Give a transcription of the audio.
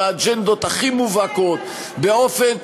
עם האג'נדות הכי מובהקות מאיפה אתם יודעים?